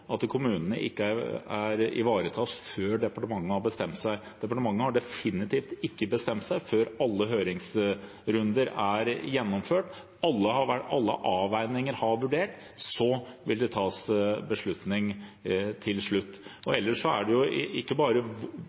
at kommunene ikke ivaretas før departementet har bestemt seg. Departementet har definitivt ikke bestemt seg før alle høringsrunder er gjennomført og alle avveininger er vurdert. Så vil det tas en beslutning til slutt. Ellers er det ikke bare